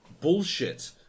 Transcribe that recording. bullshit